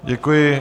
Děkuji.